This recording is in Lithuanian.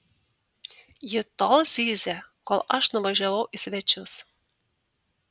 ji tol zyzė kol aš nuvažiavau į svečius